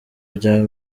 bya